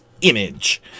image